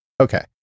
Okay